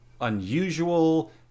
unusual